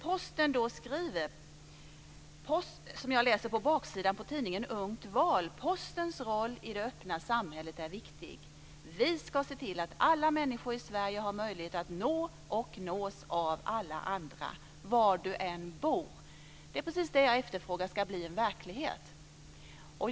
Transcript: Posten skriver på baksidan av tidningen Ungt val: Postens roll i det öppna samhället är viktig. Vi ska se till att alla människor i Sverige har möjlighet att nå och nås av alla andra var du än bor. Det är precis detta som jag efterfrågar ska bli en verklighet.